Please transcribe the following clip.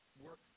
work